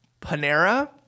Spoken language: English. Panera